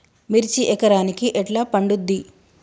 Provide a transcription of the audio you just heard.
మిర్చి ఎకరానికి ఎట్లా పండుద్ధి?